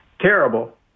terrible